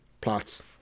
plots